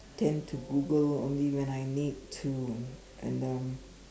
tend to Google only when I need to and um